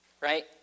right